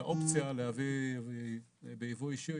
את האופציה להביא בייבוא אישי,